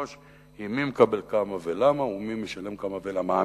מי מקבל כמה ולמה ומי משלם כמה ולמה.